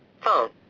Phone